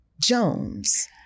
Jones